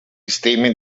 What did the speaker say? statement